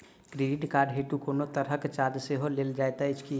Credit card हेतु कोनो तरहक चार्ज सेहो लेल जाइत अछि की?